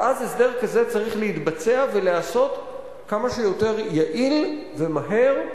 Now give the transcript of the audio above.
ואז הסדר כזה צריך להתבצע ולהיעשות כמה שיותר יעיל ומהר,